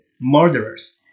murderers